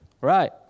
Right